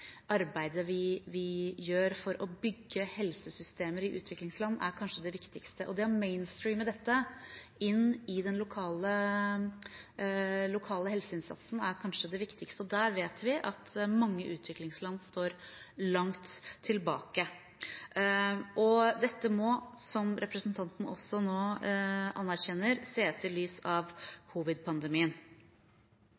arbeidet vi gjør for å bygge helsesystemer i utviklingsland, kanskje er det viktigste. Det å «mainstreame» dette inn i den lokale helseinnsatsen er kanskje det viktigste, og der vet vi at mange utviklingsland står langt tilbake. Dette må, som representanten også nå anerkjenner, ses i lys av covidpandemien. «1. mars var statsministeren og forsvarsministeren til stede under den høytidelige mottakelsen av